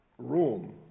room